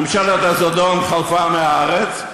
ממשלת הזדון חלפה מהארץ,